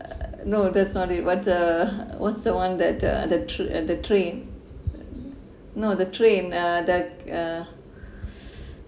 err no that's not it what's uh what's the one that the the trip and the train no the train uh that uh